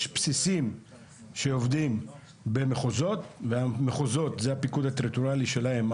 יש בסיסים שעובדים במחוזות והמחוזות הם הפיקוד הטריטוריאלי שלהם.